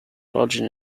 largely